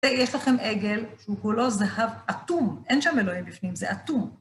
ויש לכם עגל שהוא כולו זהב אטום, אין שם אלוהים בפנים, זה אטום.